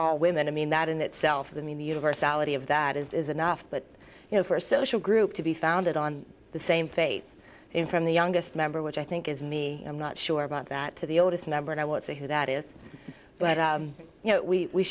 all women i mean that in itself the mean the universality of that is enough but you know for a social group to be founded on the same fate in from the youngest member which i think is me i'm not sure about that to the oldest member and i won't say who that is but you know we